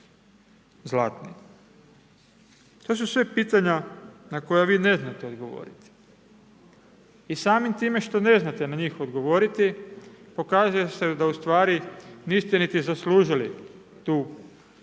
To su sve pitanja na koja vi ne znate odgovoriti. I samim time što ne znate na njih odgovoriti, pokazuje se da ustvari niste ni zaslužili to mjesto